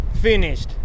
finished